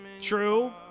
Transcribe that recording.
true